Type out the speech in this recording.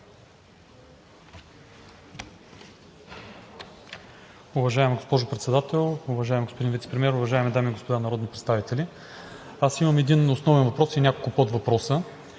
Уважаема госпожо Председател, уважаеми господин Вицепремиер, уважаеми дами и господа народни представители! Имам един основен въпрос и няколко подвъпроса.